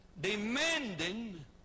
demanding